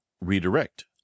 Redirect